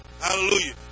Hallelujah